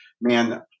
Man